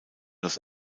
los